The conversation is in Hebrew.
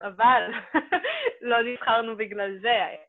אבל לא נבחרנו בגלל זה.